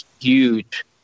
huge